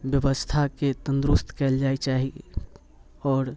व्यवस्थाके तन्दुरुस्त कयल जाइ चाही आओर